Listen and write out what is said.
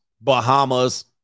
Bahamas